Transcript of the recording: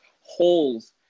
holes